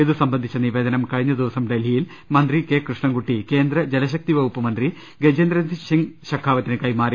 ഇത് സംബന്ധിച്ച നിവേ ദനം കഴിഞ്ഞദിവസം ഡൽഹിയിൽ മന്ത്രി കെ കൃഷ്ണൻകുട്ടി കേന്ദ്ര ജല ശക്തി വകുപ്പ് മന്ത്രി ഗജേന്ദ്ര സിംഗ് ഷെഖാവത്തിന് കൈമാറി